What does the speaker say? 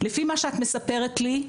לפי מה שאת מספרת לי,